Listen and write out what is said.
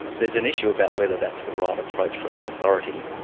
there's an issue about whether that's the right approach from the authority.